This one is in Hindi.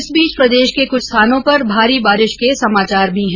इस बीच प्रदेश के कुछ स्थानों पर भारी बारिश के समाचार हैं